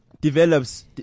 Develops